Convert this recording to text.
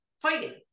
fighting